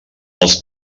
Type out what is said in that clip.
els